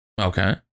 Okay